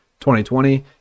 2020